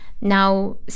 now